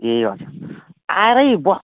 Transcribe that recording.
ए हजुर आएरै बस